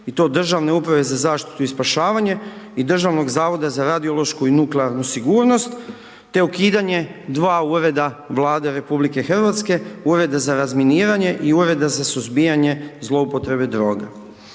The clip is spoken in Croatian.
i to Državne uprave za zaštitu i spašavanje i Državnog zavod za radiološku i nuklearnu sigurnost, te ukidanje dva ureda Vlade RH, Ureda za razminiranje i Ureda za suzbijanje zloupotrebe droge.